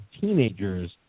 teenagers